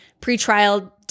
pretrial